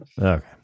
Okay